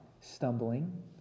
stumbling